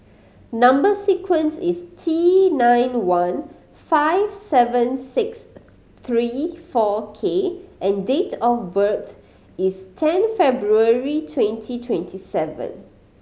number sequence is T nine one five seven six three four K and date of birth is ten February twenty twenty seven